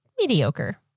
Mediocre